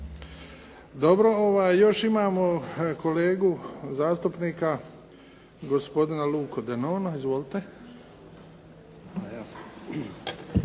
Dobro, još imamo zastupnika gospodina Luku Denona. Izvolite.